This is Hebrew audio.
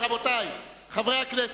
רבותי חברי הכנסת,